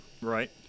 Right